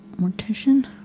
mortician